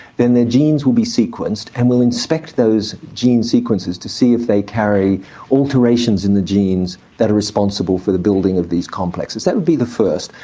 then their genes would be sequenced and we'll inspect those gene sequences to see if they carry alterations in the genes that are responsible for the building of these complexes, that would be the first.